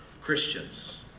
Christians